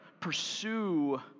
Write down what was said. pursue